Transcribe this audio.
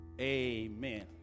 Amen